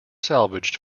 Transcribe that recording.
salvaged